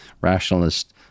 rationalist